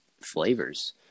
flavors